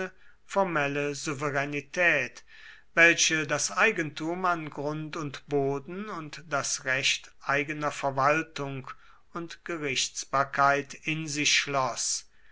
formelle souveränität welche das eigentum an grund und boden und das recht eigener verwaltung und gerichtsbarkeit in sich schloß